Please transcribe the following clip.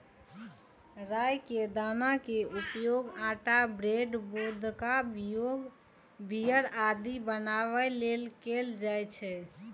राइ के दाना के उपयोग आटा, ब्रेड, वोदका, बीयर आदि बनाबै लेल कैल जाइ छै